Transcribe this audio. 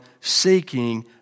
seeking